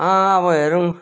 अँ अब हेरौँ